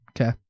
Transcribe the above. Okay